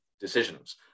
decisions